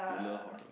do you love horror